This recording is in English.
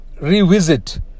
revisit